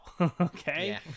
Okay